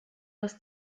das